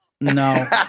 no